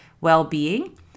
well-being